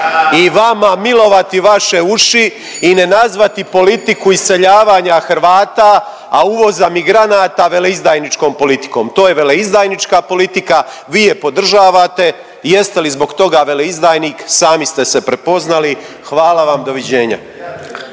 i vama milovati vaše uši i ne nazvati politiku iseljavanja Hrvata, a uvoza migranata veleizdajničkom politikom. To je veleizdajnička politika, vi je podržavate i jeste li zbog toga veleizdajnik sami ste se prepoznali. Hvala vam, doviđenja.